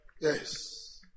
Yes